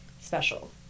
special